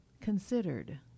considered